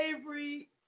Avery